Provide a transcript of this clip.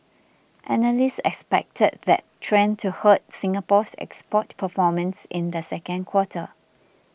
analysts expected that trend to hurt Singapore's export performance in the second quarter